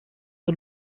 der